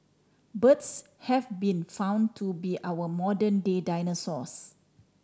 birds have been found to be our modern day dinosaurs